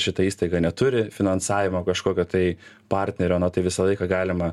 šita įstaiga neturi finansavimo kažkokio tai partnerio na tai visą laiką galima